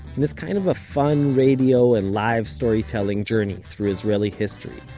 and is kind of a fun radio and live-storytelling journey through israeli history.